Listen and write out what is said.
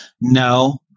No